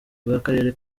bw’akarere